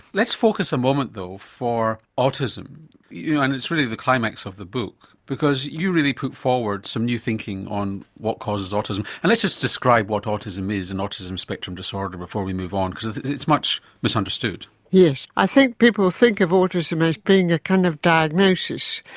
let's focus a moment though for autism you know and it's really the climax of the book because you really put forward some new thinking on what causes autism. and let's just describe what autism is and autism spectrum disorder before we move on because it's much misunderstood. yes, i think people think of autism as being a kind of diagnosis.